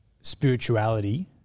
spirituality